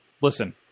listen